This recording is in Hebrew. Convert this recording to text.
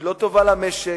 היא לא טובה למשק,